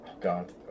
God